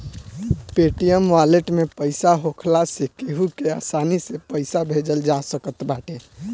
Paytm wallet में पईसा होखला से केहू के आसानी से पईसा भेजल जा सकत बाटे